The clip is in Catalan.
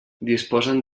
disposen